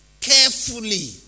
carefully